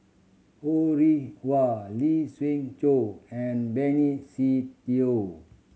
Ho Rih Hwa Lee Siew Choh and Benny Se Teo